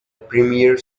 premier